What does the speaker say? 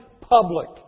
public